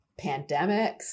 pandemics